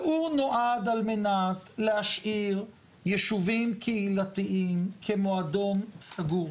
והוא נועד על מנת להשאיר ישובים קהילתיים כמועדון סגור.